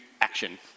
action